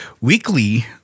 weekly